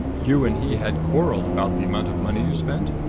you and he had quarreled about the amount of money you spent?